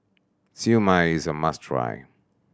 Siew Mai is a must try